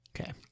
Okay